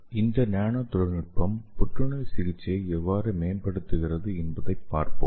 எனவே இந்த நானோ தொழில்நுட்பம் புற்றுநோய் சிகிச்சையை எவ்வாறு மேம்படுத்துகிறது என்பதைப் பார்ப்போம்